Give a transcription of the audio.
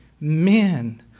men